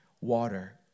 water